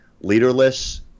leaderless